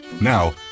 Now